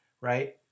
right